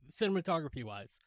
cinematography-wise